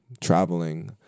traveling